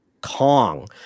Kong